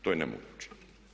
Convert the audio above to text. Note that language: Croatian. To je nemoguće.